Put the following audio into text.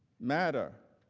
matter.